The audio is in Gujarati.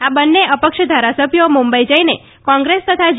આ બન્ને અ ક્ષ ધારાસભ્યો મુંબઇ જઇને કોંગ્રેસ તથા જે